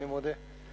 אני מודה.